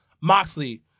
Moxley